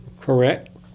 Correct